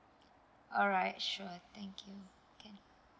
alright sure thank you